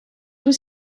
was